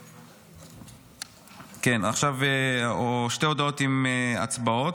עכשיו שתי הודעות עם הצבעות.